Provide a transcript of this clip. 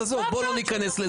אז עזוב, בוא לא ניכנס לזה.